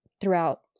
throughout